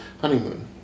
honeymoon